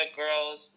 girls